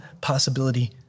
possibility